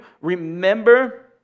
remember